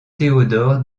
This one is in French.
theodor